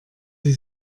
sie